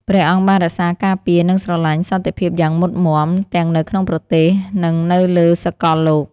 ព្រះអង្គបានរក្សាការពារ និងស្រឡាញ់សន្តិភាពយ៉ាងមុតមាំ ទាំងនៅក្នុងប្រទេស និងនៅលើសកលលោក។